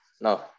no